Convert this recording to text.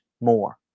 more